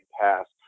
passed